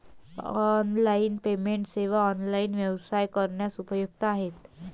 online payment सेवा online व्यवसाय करण्यास उपयुक्त आहेत